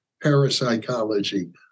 parapsychology